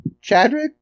Chadwick